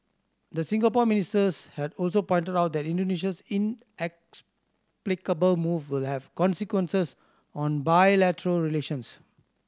the Singapore ministers had also pointed out that Indonesia's inexplicable move will have consequences on bilateral relations